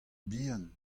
bihan